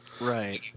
right